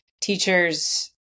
teachers